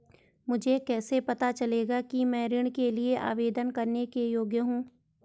मुझे कैसे पता चलेगा कि मैं ऋण के लिए आवेदन करने के योग्य हूँ?